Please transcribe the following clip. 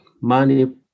money